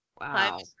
wow